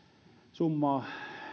summaa